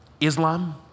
Islam